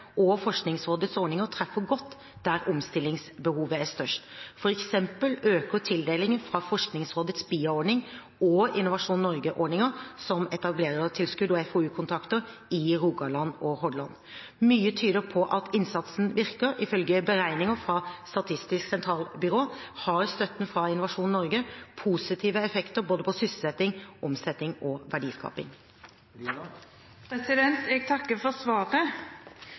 og Forskningsrådets ordninger treffer godt der omstillingsbehovet er størst. For eksempel øker tildelingene fra Forskningsrådets BIA-ordning og Innovasjon Norges ordninger – som etablerertilskudd og FoU-kontrakter – i Rogaland og Hordaland. Mye tyder på at innsatsen virker. Ifølge beregninger fra Statistisk sentralbyrå har støtten fra Innovasjon Norge positive effekter på både sysselsetting, omsetning og verdiskaping. Jeg takker for svaret.